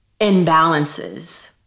imbalances